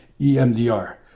emdr